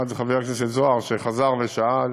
אחד חבר הכנסת זוהר שחזר ושאל,